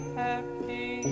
happy